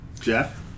Jeff